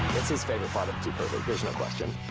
it's his favorite part of dude perfect, there's no question.